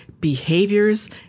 behaviors